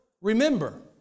remember